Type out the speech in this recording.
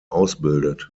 ausbildet